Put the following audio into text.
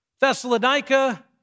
Thessalonica